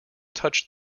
touched